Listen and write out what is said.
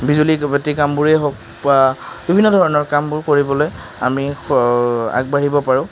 বিজুলী বাতি কামবোৰেই হওক বা বিভিন্ন ধৰণৰ কামবোৰ কৰিবলৈ আমি আগবাঢ়িব পাৰোঁ